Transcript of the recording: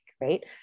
right